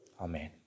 Amen